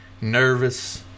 nervous